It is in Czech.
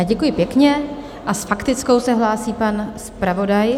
Děkuji pěkně a s faktickou se hlásí pan zpravodaj.